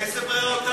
איזו ברירה הותרתם לנו?